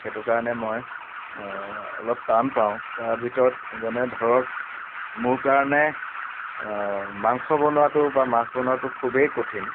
সেইটো কাৰণে মই অলপ টান পাওঁ তাৰ ভিতৰত যেনে ধৰক মোৰ কাৰণে মাংস বনোৱাটো বা মাছ বনোৱাটো খুবেই কঠিন